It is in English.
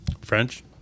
French